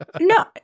No